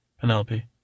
Penelope